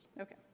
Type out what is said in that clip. Okay